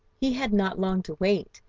he had not long to wait,